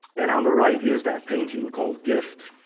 and on the right is that painting called gift.